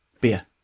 Beer